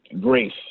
Grace